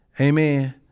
Amen